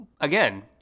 again